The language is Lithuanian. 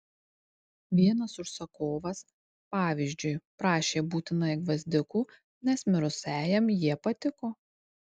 vienas užsakovas pavyzdžiui prašė būtinai gvazdikų nes mirusiajam jie patiko